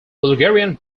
bulgarian